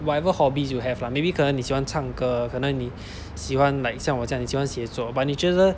whatever hobbies you have lah maybe 可你喜欢唱歌可能你喜欢 like 像我这样你喜欢写作 but 你觉得